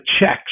checks